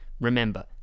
remember